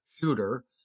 shooter